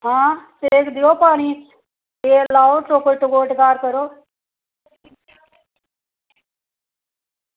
आं सेक देओ पानी ते ल लाओ ते टकोर करो